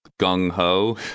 gung-ho